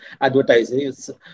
advertising